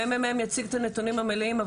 הממ"מ יציג את הנתונים המלאים,